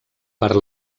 per